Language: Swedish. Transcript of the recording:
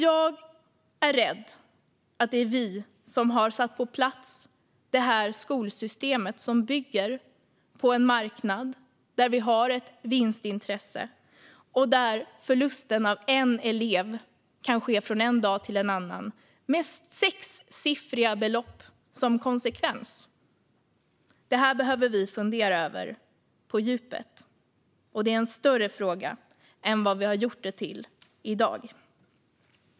Jag är rädd att det är vi som har satt detta skolsystem på plats som bygger på en marknad med ett vinstintresse och där konsekvensen av en förlust av en elev från en dag till en annan handlar om sexsiffriga belopp. Detta behöver vi fundera över på djupet, och det är en större fråga än vad vi har gjort den till i dag.